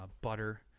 butter